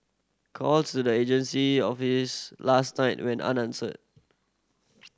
calls to the agency office last night went unanswered